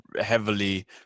heavily